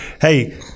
Hey